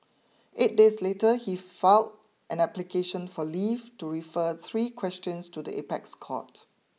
eight days later he filed an application for leave to refer three questions to the apex court